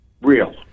Real